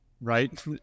right